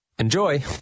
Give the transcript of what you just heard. Enjoy